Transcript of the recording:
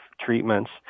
treatments